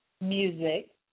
music